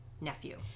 nephew